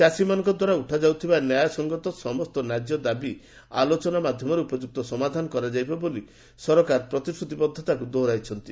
ଚାଷୀମାନଙ୍କ ଦ୍ୱାରା ଉଠାଯାଉଥିବା ନ୍ୟାୟସଙ୍ଗତ ସମସ୍ତ ନାଯ୍ୟଦାବୀର ଆଲୋଚନା ମାଧ୍ୟମରେ ଉପଯୁକ୍ତ ସମାଧାନ କରାଯାଇ ପାରିବ ବୋଲି ସରକାର ନିଜ ପ୍ରତିଶ୍ରତିବଦ୍ଧତା ଦୋହରାଇଛନ୍ତି